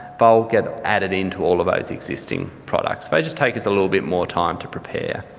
but will get added into all of those existing products. they just take us a little bit more time to prepare.